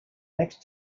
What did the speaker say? next